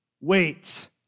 wait